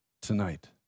Tonight